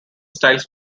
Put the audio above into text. styles